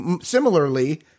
Similarly